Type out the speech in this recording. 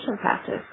practice